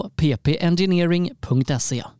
ppengineering.se